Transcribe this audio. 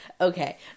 okay